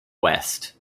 west